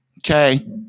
Okay